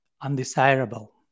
undesirable